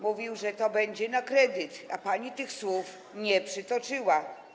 Mówił, że to będzie na kredyt, a pani tych słów nie przytoczyła.